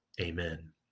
Amen